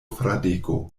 fradeko